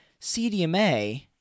CDMA